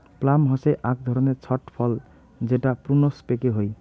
plum হসে আক ধরণের ছট ফল যেটা প্রুনস পেকে হই